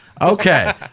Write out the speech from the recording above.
Okay